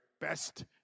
best